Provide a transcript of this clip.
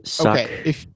okay